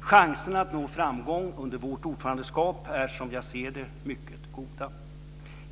Chanserna att nå framgång under vårt ordförandeskap är, som jag ser det, mycket goda.